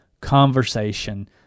conversation